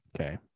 Okay